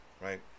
right